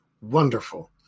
wonderful